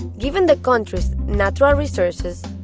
given the country's natural resources,